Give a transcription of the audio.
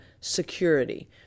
security